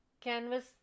canvas